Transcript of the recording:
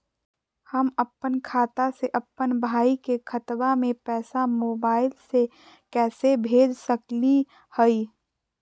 हम अपन खाता से अपन भाई के खतवा में पैसा मोबाईल से कैसे भेज सकली हई?